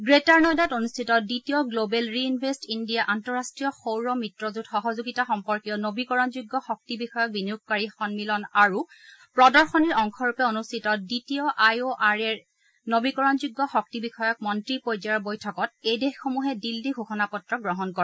গ্লেটাৰ নয়দাত অনুষ্ঠিত দ্বিতীয় গ্ল'বেল ৰি ইনভেষ্ট ইণ্ডিয়া আন্তঃৰাষ্টীয় সৌৰ মিত্ৰজেঁট সহযোগিতা সম্পৰ্কীয় নবীকৰণযোগ্য শক্তি বিষয়ক বিনিয়োগকাৰী সম্মিলন আৰু প্ৰদশনীৰ অংশৰূপে অনুষ্ঠিত দ্বিতীয় আই অ' আৰ এ ৰ নবীকৰণযোগ্য শক্তি বিষয়ক মন্ত্ৰী পৰ্যায়ৰ বৈঠকত এই দেশসমূহে দিল্লী ঘোষণা পত্ৰ গ্ৰহণ কৰে